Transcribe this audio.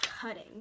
cutting